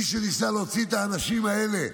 מי שניסה להוציא את האנשים האלה משם,